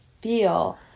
feel